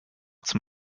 zum